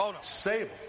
Sable